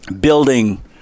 building